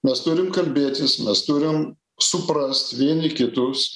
mes turim kalbėtis mes turim suprast vieni kitus